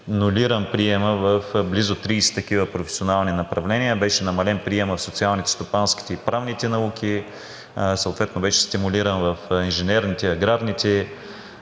нулиран приемът в близо 30 такива професионални направления, беше намален приемът в социалните, стопанските и правните науки, съответно беше стимулиран в инженерните, аграрните